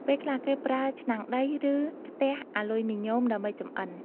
ពេលខ្លះ គេប្រើឆ្នាំងដី ឬ ខ្ទះអាលុយមីញ៉ូមដើម្បីចម្អិន។